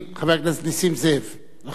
אחריו,